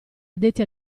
addetti